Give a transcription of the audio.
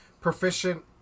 proficient